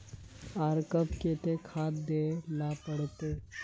आर कब केते खाद दे ला पड़तऐ?